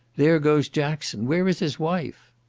there goes jackson, where is his wife?